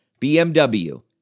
BMW